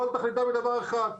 כל תכליתם היא דבר אחד,